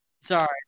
sorry